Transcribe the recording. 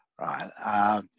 right